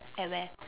at where